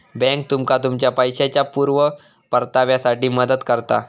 bank तुमका तुमच्या पैशाच्या पुर्ण परताव्यासाठी मदत करता